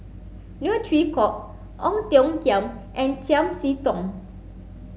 Neo Chwee Kok Ong Tiong Khiam and Chiam See Tong